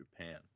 Japan